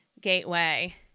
gateway